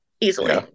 easily